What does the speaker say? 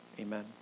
Amen